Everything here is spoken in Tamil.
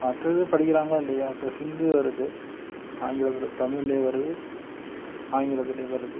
மற்ற இது படிக்கிறாங்களோ இல்லையோ இப்போ ஹிந்து வருது ஆங்கிலத்தில் தமிழ்லேயே வருது ஆங்கிலத்துலேயும் வருது